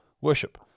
worship